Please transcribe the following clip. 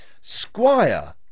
Squire